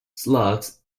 slugs